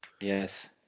Yes